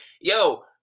Yo